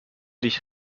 dich